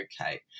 okay